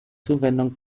zuwendung